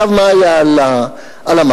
מה היה על ה"מרמרה"?